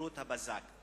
במהירות הבזק.